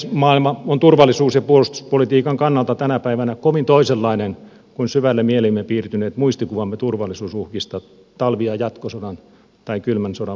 maailma on turvallisuus ja puolustuspolitiikan kannalta tänä päivänä kovin toisenlainen kuin syvälle mieliimme piirtyneet muistikuvamme turvallisuusuhkista talvi ja jatkosodan tai kylmän sodan maailmassa